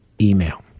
email